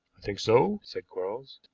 think so, said quarles.